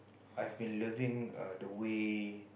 I've been loving err the way